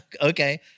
Okay